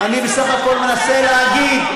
אני בסך הכול מנסה להגיד,